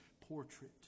Portrait